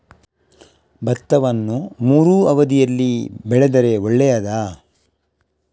ಭತ್ತವನ್ನು ಮೂರೂ ಅವಧಿಯಲ್ಲಿ ಬೆಳೆದರೆ ಒಳ್ಳೆಯದಾ?